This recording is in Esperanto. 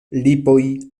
lipoj